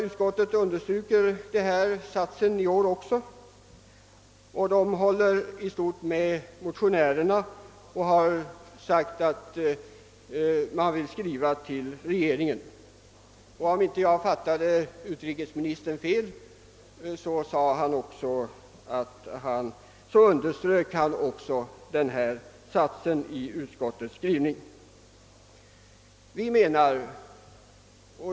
Utskottet understryker detta även i år och håller i stort sett med motionärerna samt föreslår att önskemålet ges Kungl. Maj:t till känna. Om jag inte fattat utrikesministern fel underströk även han detta ställe i utskottets skrivning.